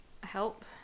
help